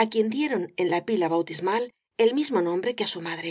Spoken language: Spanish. á quien dieron en la pila bautismal el mismo nombre que á su madre